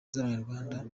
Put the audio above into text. z’abanyarwanda